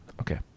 okay